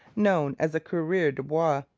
known as coureurs de bois,